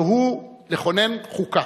והוא לכונן חוקה.